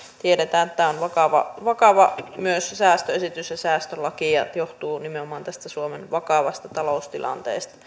tiedetään että tämä on myös vakava säästöesitys ja säästölaki ja johtuu nimenomaan tästä suomen vakavasta taloustilanteesta